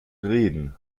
reden